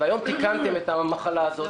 והיום תיקנתם את המחלה הזאת